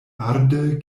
arde